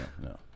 no